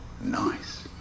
nice